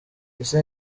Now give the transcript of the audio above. ese